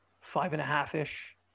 five-and-a-half-ish